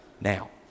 now